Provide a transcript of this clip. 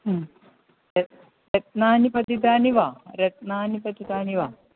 रत्नं रत्नानि पतितानि वा रत्नानि पतितानि वा